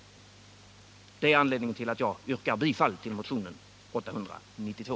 Det är anledningen till att jag yrkar bifall till motionen 892.